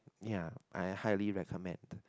ya I highly recommend